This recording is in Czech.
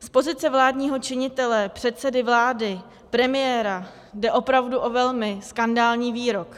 Z pozice vládního činitele, předsedy vlády, premiéra jde opravdu o velmi skandální výrok.